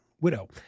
widow